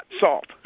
salt